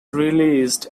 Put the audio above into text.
released